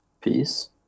Peace